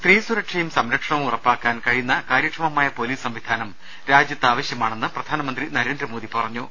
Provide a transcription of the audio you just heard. സ്ത്രീ സുരക്ഷയും സംരക്ഷണവും ഉറപ്പാക്കാൻ കഴിയുന്ന കാര്യക്ഷമ മായ പൊലീസ് സംവിധാനം രാജ്യത്ത് ആവശ്യമാണെന്ന് പ്രധാനമന്ത്രി നരേന്ദ്രമോദി പറഞ്ഞു